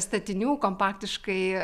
statinių kompaktiškai